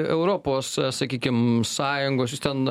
europos sakykim sąjungos jūs ten